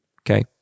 Okay